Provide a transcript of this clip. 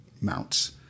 mounts